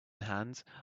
hand